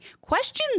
questions